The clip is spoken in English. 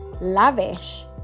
lavish